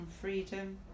freedom